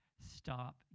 Stop